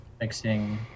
mixing